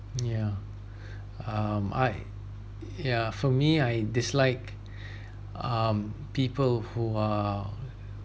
yeah um I yeah for me I dislike um people who are